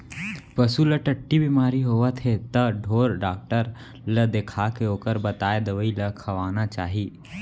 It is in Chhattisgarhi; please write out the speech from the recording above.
पसू ल टट्टी बेमारी होवत हे त ढोर डॉक्टर ल देखाके ओकर बताए दवई ल खवाना चाही